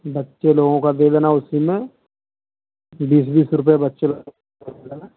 बच्चे लोगों का दो जाना उसी में बीस बीस रुपये बच्चे लोगों का दे देना